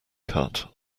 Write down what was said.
cut